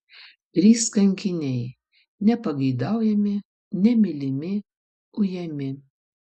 trys kankiniai nepageidaujami nemylimi ujami